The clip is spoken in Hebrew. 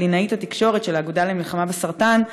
קלינאית התקשורת של האגודה למלחמה בסרטן,